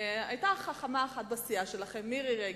היתה חכמה אחת בסיעה שלכם, מירי רגב,